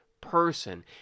person